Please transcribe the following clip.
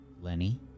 Lenny